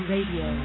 Radio